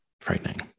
frightening